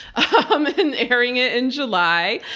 um and airing it in july,